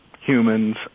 humans